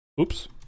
Oops